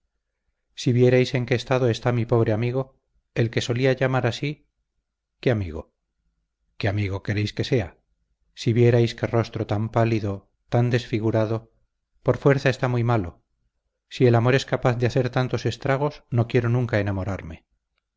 si vierais en qué estado está mi pobre amigo el que solía llamar así qué amigo qué amigo queréis que sea si vierais qué rostro tan pálido tan desfigurado por fuerza está muy malo si el amor es capaz de hacer tantos estragos no quiero nunca enamorarme